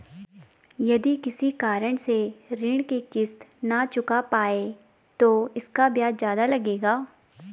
यदि किसी कारण से ऋण की किश्त न चुका पाये तो इसका ब्याज ज़्यादा लगेगा?